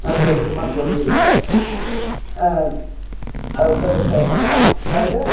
அதுக்கு ஒரு எட்டு மாதத்துக்கு வட்டி கிடையாது அதை வச்சு தான் விவசாயம் பண்ணுறோம் பண்ணிட்டு